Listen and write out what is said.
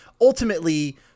ultimately